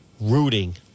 rooting